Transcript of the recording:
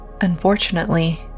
Unfortunately